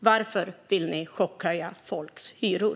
Varför vill ni chockhöja folks hyror?